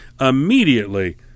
Immediately